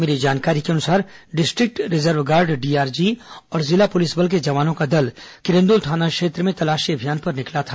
मिली जानकारी के अनुसार डिस्ट्रिक्ट रिजर्व गार्ड डीआरजी और जिला पुलिस बल के जवानों का दल किरंदुल थाना क्षेत्र में तलाशी अभियान पर निकला था